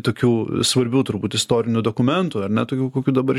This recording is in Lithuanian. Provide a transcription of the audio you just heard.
tokių svarbių turbūt istorinių dokumentų ar ne tokių kokių dabar